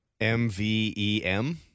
M-V-E-M